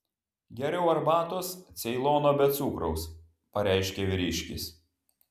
geriau arbatos ceilono be cukraus pareiškė vyriškis